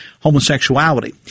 homosexuality